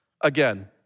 again